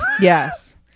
Yes